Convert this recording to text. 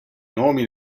nomi